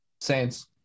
Saints